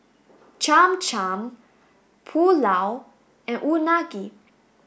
Cham Cham Pulao and Unagi